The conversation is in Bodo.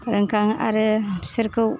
रोंखां आरो बिसोरखौ